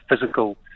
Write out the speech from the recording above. physical